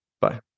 Bye